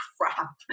crap